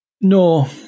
No